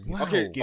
okay